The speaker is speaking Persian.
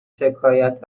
شکایت